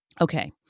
Okay